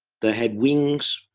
they had wings